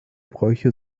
bräuche